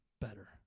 better